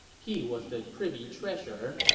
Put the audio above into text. he was the privy treasurer,